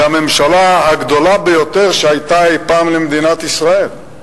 היא הממשלה הגדולה ביותר שהיתה אי-פעם למדינת ישראל.